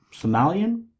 Somalian